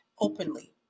openly